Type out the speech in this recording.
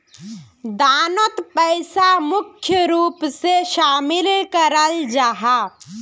दानोत पैसा मुख्य रूप से शामिल कराल जाहा